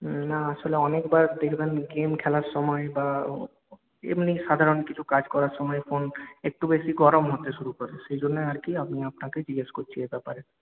না আসলে অনেকবার দেখবেন গেম খেলার সময়ে বা এমনি সাধারণ কিছু কাজ করার সময়ে ফোন একটু বেশি গরম হতে শুরু করে সেই জন্যে আর কি আমি আপনাকে জিজ্ঞেস করছি এ ব্যাপারে